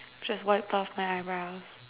just wiped off my eyebrows